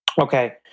Okay